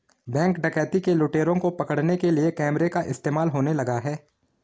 Bank डकैती के लुटेरों को पकड़ने के लिए कैमरा का इस्तेमाल होने लगा है?